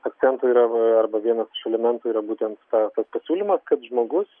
akcentų yra arba vienas elementų yra būtent ta tas pasiūlymas kad žmogus